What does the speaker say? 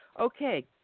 Okay